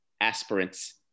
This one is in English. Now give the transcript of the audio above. aspirants